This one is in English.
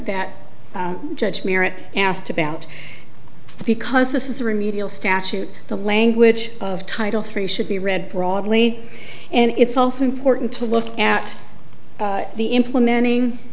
that judge merit asked about because this is a remedial statute the language of title three should be read broadly and it's also important to look at the implementing